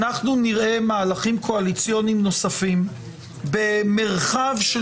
אנחנו נראה מהלכים קואליציוניים נוספים במרחב של